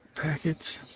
package